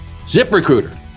ZipRecruiter